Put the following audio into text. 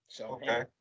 Okay